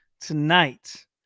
Tonight